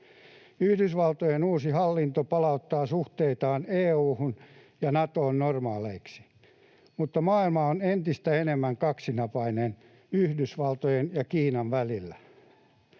Yhdysvaltojen uusi hallinto palauttaa suhteitaan EU:hun ja Natoon normaaleiksi, mutta maailma on entistä enemmän kaksinapainen Yhdysvaltojen ja Kiinan välillä.